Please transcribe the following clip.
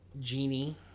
genie